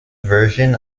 version